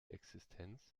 existenz